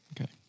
Okay